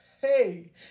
hey